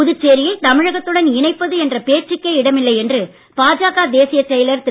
புதுச்சேரியை தமிழகத்துடன் இணைப்பது என்ற பேச்சுக்கே இடமில்லை என்று பாஜக தேசியச் செயலர் திரு